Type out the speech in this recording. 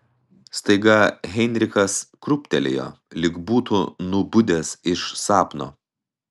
staiga heinrichas krūptelėjo lyg būtų nubudęs iš sapno